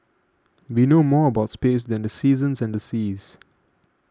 we know more about space than the seasons and the seas